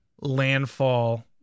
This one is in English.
Landfall